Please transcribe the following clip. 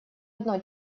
одно